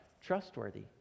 trustworthy